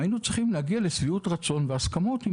הינו צריכים להגיע לשביעות רצון והסכמות עם